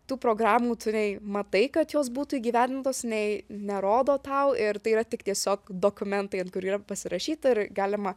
tų programų tu nei matai kad jos būtų įgyvendintos nei nerodo tau ir tai yra tik tiesiog dokumentai ant kurių yra pasirašyta ir galima